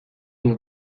une